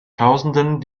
tausenden